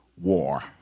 war